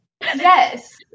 Yes